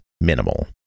minimal